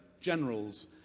generals